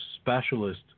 specialist